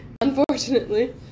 unfortunately